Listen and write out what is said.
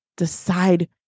Decide